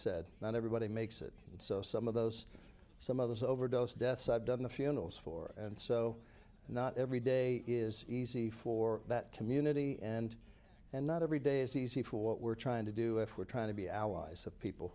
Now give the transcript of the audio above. said not everybody makes it and so some of those some of those overdose deaths i've done the funerals for and so not every day is easy for that community and and not every day is easy for what we're trying to do if we're trying to be allies of people